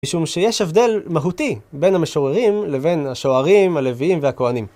משום שיש הבדל מהותי בין המשוררים לבין השוערים, הלוויים והכוהנים.